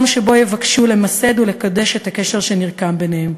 שבו יבקשו למסד ולקדש את הקשר שנרקם ביניהם.